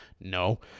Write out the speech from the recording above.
no